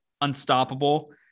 unstoppable